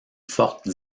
forte